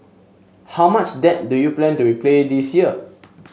how much debt do you plan to replay this year